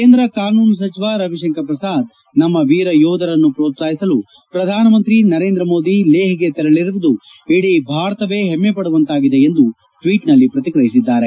ಕೇಂದ್ರ ಕಾನೂನು ಸಚಿವ ರವಿಶಂಕರ್ ಪ್ರಸಾದ್ ನಮ್ನ ವೀರ ಯೋಧರನ್ನು ಪ್ರೋತ್ಸಾಹಿಸಲು ಪ್ರಧಾನಮಂತ್ರಿ ನರೇಂದ್ರ ಮೋದಿ ಲೇಷ್ಗೆ ತೆರಳರುವುದು ಇಡೀ ಭಾರತವೇ ಹೆಮ್ನೆ ಪಡುವಂತಾಗಿದೆ ಎಂದು ಟ್ವೀಟ್ನಲ್ಲಿ ಪ್ರತಿಕ್ರಿಯಿಸಿದ್ದಾರೆ